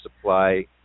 supply